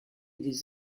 des